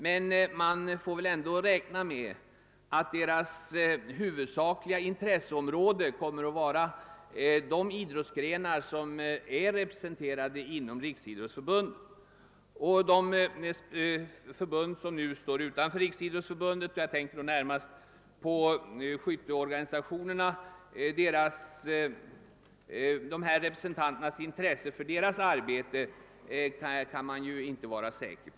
Men man får väl ändå räkna med att dessa kommer att vara mest intresserade av de idrottsgrenar som är representerade inom Riksidrottsförbundet; man kan inte vara lika säker på att de kommer att intressera sig för de förbund som står utanför Riksidrottsförbundet — jag tänker då närmast på skytteorganisationerna.